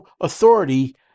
authority